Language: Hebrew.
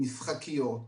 משחקיות.